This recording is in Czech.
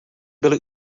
byly